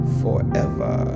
forever